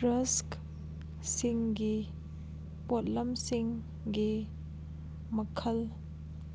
ꯔꯛꯁꯁꯤꯡꯒꯤ ꯄꯣꯠꯂꯝꯁꯤꯡꯒꯤ ꯃꯈꯜ